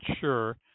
sure